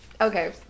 Okay